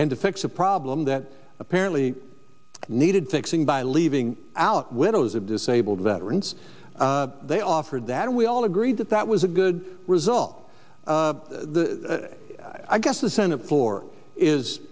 and to fix a problem that apparently needed fixing by leaving out widows of disabled veterans they offered that we all agreed that that was a good result i guess the senate floor is